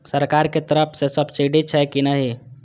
सरकार के तरफ से सब्सीडी छै कि नहिं?